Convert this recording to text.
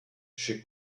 she